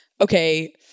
okay